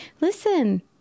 listen